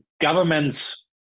Governments